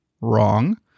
Wrong